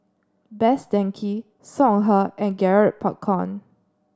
Best Denki Songhe and Garrett Popcorn